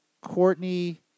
Courtney